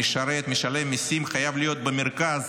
משרת, משלם מיסים, חייב להיות במרכז